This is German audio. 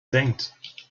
senkt